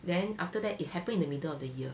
then after that it happened in the middle of the year